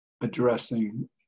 addressing